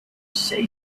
say